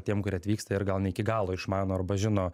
tiem kurie atvyksta ir gal ne iki galo išmano arba žino